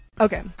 Okay